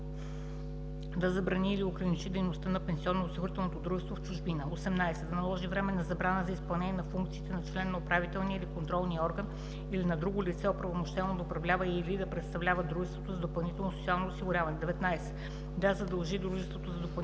да забрани или ограничи дейността на пенсионноосигурителното дружество в чужбина; 18. да наложи временна забрана за изпълнение на функциите на член на управителния или контролния орган или на друго лице, оправомощено да управлява и/или да представлява дружеството за допълнително социално осигуряване; 19. да задължи дружеството за допълнително